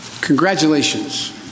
Congratulations